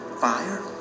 fire